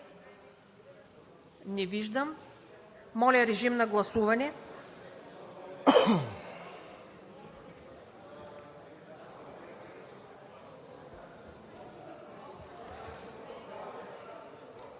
Не виждам. Моля, режим на гласуване